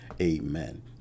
amen